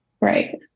Right